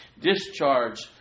Discharge